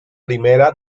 primera